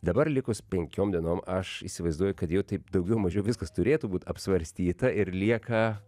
dabar likus penkiom dienom aš įsivaizduoju kad jau taip daugiau mažiau viskas turėtų būt apsvarstyta ir lieka